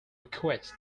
request